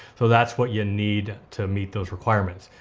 so that's what you need to meet those requirements.